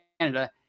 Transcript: Canada